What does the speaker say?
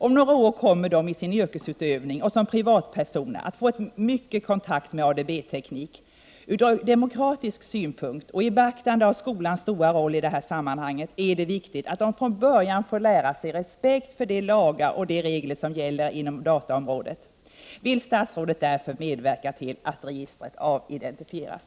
Om några år kommer de i sin yrkesutövning och som privatpersoner att få intensiv kontakt med ADB teknik. Från demokratisk synpunkt och med beaktande av skolans stora roll i detta sammanhang är det viktigt att de från början får lära sig respekt för de lagar och regler som gäller inom dataområdet. Vill statsrådet därför medverka till att registret avidentifieras?